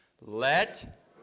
Let